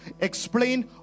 explain